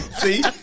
See